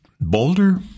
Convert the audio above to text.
Boulder